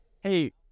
hey